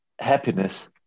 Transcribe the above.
happiness